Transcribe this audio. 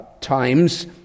times